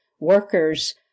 Workers